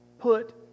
put